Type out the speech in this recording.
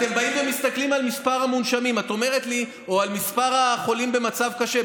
אתם באים ומסתכלים על מספר המונשמים או על מספר החולים במצב קשה,